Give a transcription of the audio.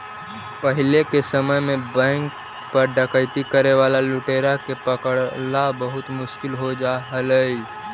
पहिले के समय में बैंक पर डकैती करे वाला लुटेरा के पकड़ला बहुत मुश्किल हो जा हलइ